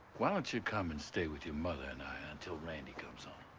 why don't you come and stay with your mother and i until randy comes home?